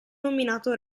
nominato